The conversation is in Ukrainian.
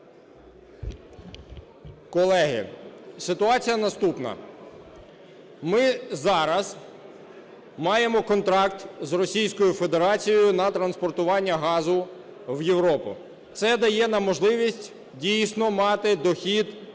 Колеги, ситуація наступна. Ми зараз маємо контракт з Російською Федерацією на транспортування газу в Європу. Це дає нам можливість, дійсно, мати дохід у розмірі